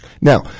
Now